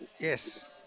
Yes